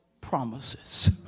promises